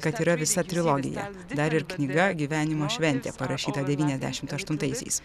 kda yra visa trilogija dar ir knyga gyvenimo šventė parašyta devyniasdešimt aštuntaisiais